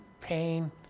pain